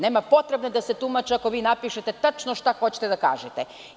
Nema potrebe da se tumače ako vi napišete tačno šta hoćete da kažete.